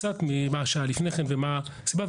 מה שהיה לפני כן ומה הסיבה.